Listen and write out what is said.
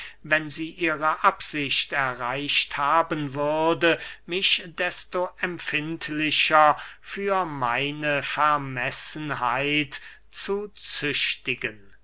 wenn sie ihre absicht erreicht haben würde mich desto empfindlicher für meine vermessenheit zu züchtigen